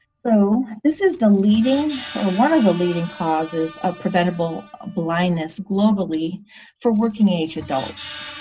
so this is the leading or one of the leading causes of preventable blindness globally for working age adults.